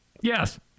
Yes